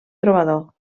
trobador